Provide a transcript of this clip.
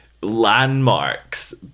landmarks